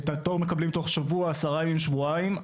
את התור מקבלים בתוך שבוע, עשרה ימים, שבועיים.